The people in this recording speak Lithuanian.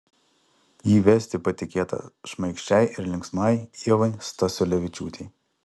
jį vesti patikėta šmaikščiai ir linksmai ievai stasiulevičiūtei